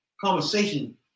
conversation